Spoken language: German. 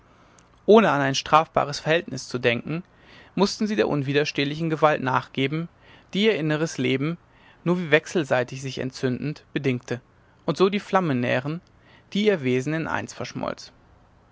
ohne an ein strafbares verhältnis zu denken mußten sie der unwiderstehlichen gewalt nachgeben die ihr inneres leben nur wie wechselseitig sich entzündend bedingte und so die flamme nähren die ihr wesen in eins verschmolz